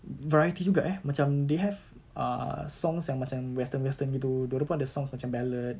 variety juga eh macam they have err songs yang macam western western gitu dia orang pun ada songs macam ballad